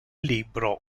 libro